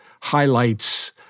highlights